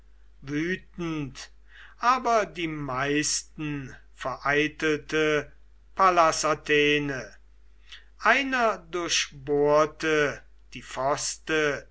wütend aber die meisten vereitelte pallas athene einer durchbohrte die